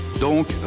Donc